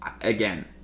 again